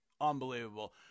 Unbelievable